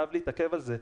חייב להתעכב על זה.